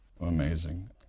Amazing